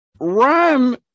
Rhyme